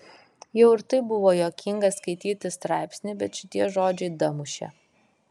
jau ir taip buvo juokinga skaityti straipsnį bet šitie žodžiai damušė